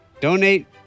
Donate